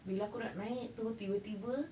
bila aku nak naik tu tiba-tiba